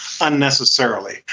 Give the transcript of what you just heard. unnecessarily